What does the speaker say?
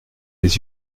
les